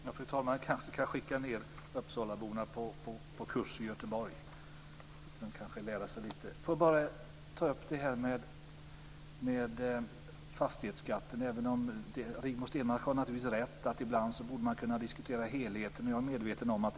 Fru talman! Vi kan kanske skicka ned Uppsalapolitikerna till Göteborg på kurs, så att de kan lära sig ett och annat. Låt mig ta upp frågan om fastighetsskatten. Rigmor Stenmark har naturligtvis rätt i att man ibland borde kunna diskutera helheten.